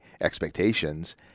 expectations